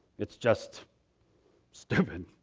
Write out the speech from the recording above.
it's just stupid,